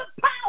power